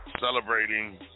celebrating